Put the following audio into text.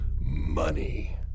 Money